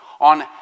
on